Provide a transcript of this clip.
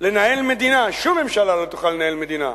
לנהל מדינה, שום ממשלה לא תוכל לנהל מדינה,